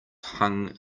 hung